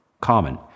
common